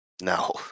No